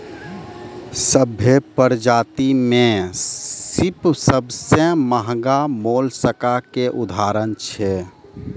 सभ्भे परजाति में सिप सबसें महगा मोलसका के उदाहरण छै